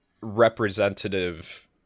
representative